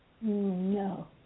No